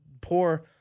poor